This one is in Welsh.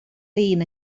lin